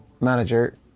manager